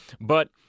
But-